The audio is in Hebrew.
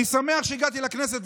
אני שמח שהגעתי לכנסת,